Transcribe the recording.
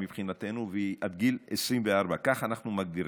מבחינתנו מגיל 14 עד גיל 24, כך אנחנו מגדירים.